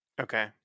Okay